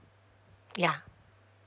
ya